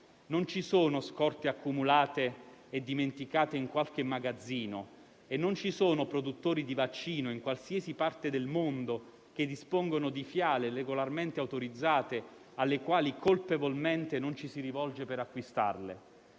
Non ci sono scorte accumulate e dimenticate in qualche magazzino e non ci sono produttori di vaccino in qualsiasi parte del mondo che dispongano di fiale regolarmente autorizzate alle quali colpevolmente non ci si rivolge per acquistarle.